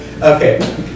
okay